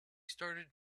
started